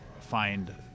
find